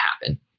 happen